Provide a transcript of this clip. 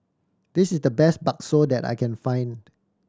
this is the best bakso that I can find